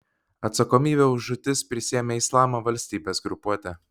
atsakomybę už žūtis prisiėmė islamo valstybės grupuotė